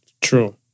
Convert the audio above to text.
True